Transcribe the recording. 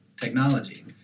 technology